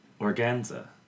organza